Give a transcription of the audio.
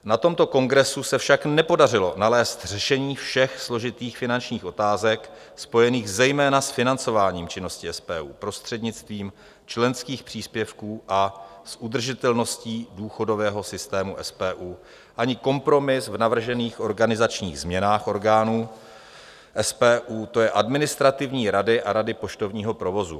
Na tomto kongresu se však nepodařilo nalézt řešení všech složitých finančních otázek spojených zejména s financováním činností SPU prostřednictvím členských příspěvků a s udržitelností důchodového systému SPU ani kompromis v navržených organizačních změnách orgánů SPU, to je Administrativní rady a Rady poštovního provozu.